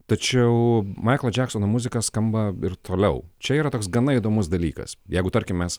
tačiau maiklo džeksono muzika skamba ir toliau čia yra toks gana įdomus dalykas jeigu tarkim mes